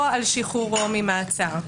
או על שחרורו ממעצר.